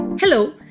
Hello